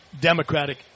Democratic